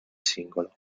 singolo